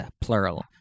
plural